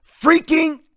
freaking